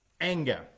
anger